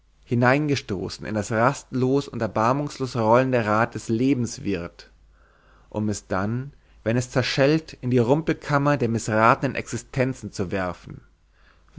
hineingestoßen in das rastlos und erbarmungslos rollende rad des lebens wird um es dann wenn es zerschellt in die rumpelkammer der mißratenen existenzen zu werfen